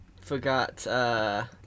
forgot